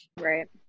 Right